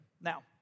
Now